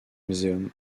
museum